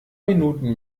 minuten